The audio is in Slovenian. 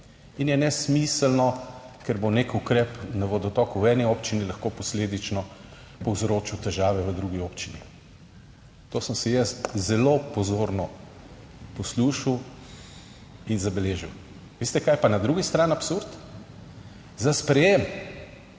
in je nesmiselno, ker bo nek ukrep na vodotoku v eni občini lahko posledično povzročil težave v drugi občini. To sem si jaz zelo pozorno poslušal in zabeležil. Veste kaj je pa na drugi strani absurd? Za sprejem